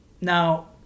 Now